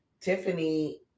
tiffany